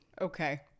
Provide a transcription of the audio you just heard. Okay